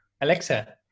Alexa